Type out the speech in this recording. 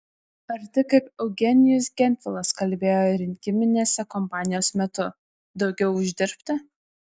ar tik kaip eugenijus gentvilas kalbėjo rinkiminės kompanijos metu daugiau uždirbti